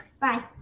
Bye